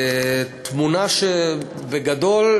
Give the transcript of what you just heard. תמונה שבגדול,